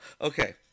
Okay